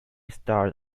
starred